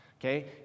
okay